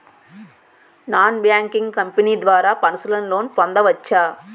Non banking company ద్వారా personal loan పొందవచ్చా?